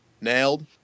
Nailed